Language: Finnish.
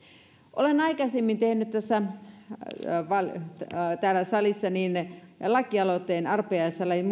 olen aikaisemmin tehnyt täällä salissa lakialoitteen arpajaislain